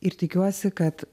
ir tikiuosi kad